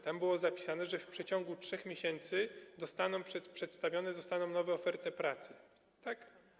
Tam było zapisane, że w przeciągu 3 miesięcy zostaną przedstawione nowe oferty pracy, tak?